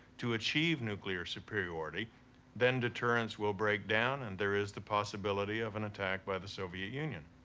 to achieve nuclear superiority then deterrence will break down and there is the possibility of an attack by the soviet union.